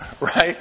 Right